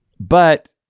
but